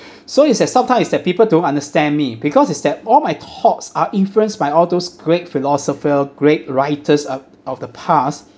so is that sometimes is that people don't understand me because is that all my thoughts are influenced by all those great philosopher great writers of of the past